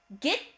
get